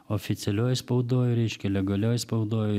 oficialioj spaudoj reiškia legalioj spaudoj